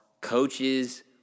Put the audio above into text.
coaches